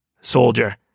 soldier